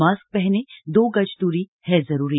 mask पहनें दो गज दूरी है जरूरी